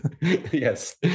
Yes